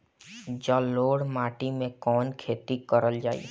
जलोढ़ माटी में कवन खेती करल जाई?